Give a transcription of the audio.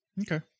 Okay